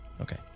Okay